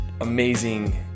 amazing